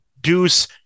Deuce